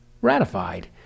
ratified